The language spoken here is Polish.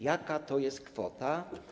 Jaka to jest kwota?